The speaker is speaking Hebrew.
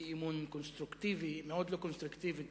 אי-אמון מאוד לא קונסטרוקטיבית,